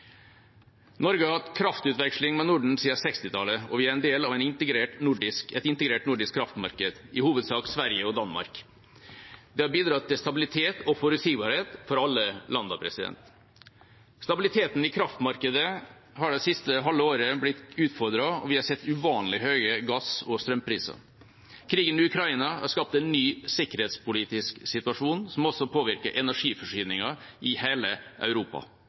Norge har hatt kraftutveksling med Norden siden 1960-tallet, og vi er en del av et integrert nordisk kraftmarked, i hovedsak med Sverige og Danmark. Det har bidratt til stabilitet og forutsigbarhet for alle landene. Stabiliteten i kraftmarkedet har det siste halve året blitt utfordret, og vi har sett uvanlig høye gass- og strømpriser. Krigen i Ukraina har skapt en ny sikkerhetspolitisk situasjon som også påvirker energiforsyningen i hele Europa.